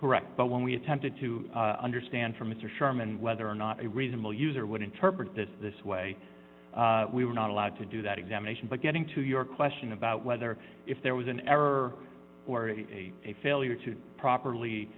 correct but when we attempted to understand from mr sharman whether or not a reasonable user would interpret this this way we were not allowed to do that examination but getting to your question about whether if there was an error or a a failure to properly